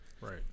Right